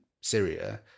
syria